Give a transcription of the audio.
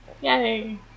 Yay